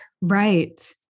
Right